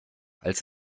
als